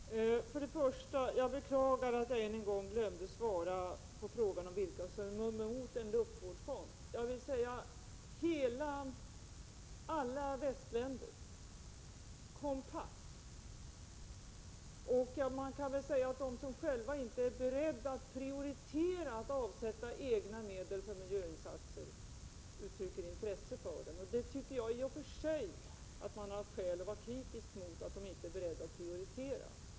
Herr talman! För det första: Jag beklagar att jag än en gång glömde svara på frågan om vilka som är mot en luftvårdsfond. Jag kan säga att det är alla västländer kompakt. De som själva inte är beredda att prioritera och avsätta egna medel för miljöinsatser uttrycker intresse för den. Jag tycker att man i och för sig har skäl att vara kritisk mot att de inte är beredda att prioritera.